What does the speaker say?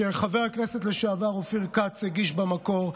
שחבר הכנסת לשעבר אופיר כץ הגיש במקור,